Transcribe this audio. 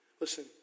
Listen